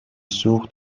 سوخت